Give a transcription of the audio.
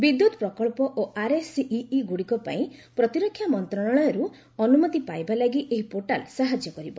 ବିଦ୍ୟୁତ୍ ପ୍ରକଳ୍ପ ଓ ଆର୍ଏସ୍ଇଇଗୁଡ଼ିକ ପାଇଁ ପ୍ରତିରକ୍ଷା ମନ୍ତ୍ରଣାଳୟରୁ ଅନୁମତି ପାଇବା ଲାଗି ଏହି ପୋର୍ଟାଲ୍ ସାହାଯ୍ୟ କରିବ